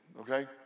Okay